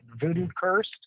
voodoo-cursed